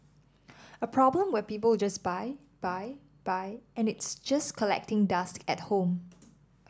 a problem where people just buy buy buy and it's just collecting dust at home